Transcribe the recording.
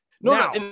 No